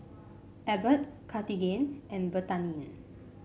Abbott Cartigain and Betadine